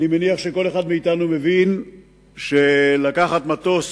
אני מניח שכל אחד מאתנו מבין שלקחת מטוס